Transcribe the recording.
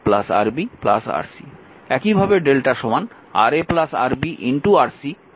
একইভাবে Δ Ra Rb Rc Ra Rb Rc